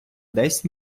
десь